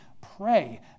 pray